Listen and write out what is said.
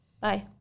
bye